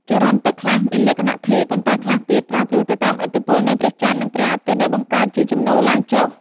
ចរន្តទឹកខ្លះមានលក្ខណៈថេរ ប៉ុន្តែខ្លះទៀតប្រែប្រួលទៅតាមឥទ្ធិពលនៃព្រះច័ន្ទ និងព្រះអាទិត្យ ដែលបង្កើតជាជំនោរឡើងចុះ។